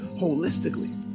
holistically